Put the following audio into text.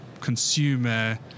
consumer